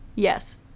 Yes